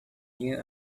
new